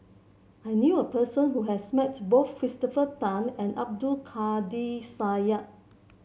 I knew a person who has met both Christopher Tan and Abdul Kadir Syed